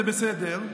זה בסדר,